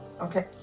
Okay